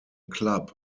club